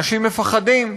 אנשים מפחדים,